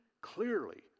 clearly